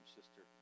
Sister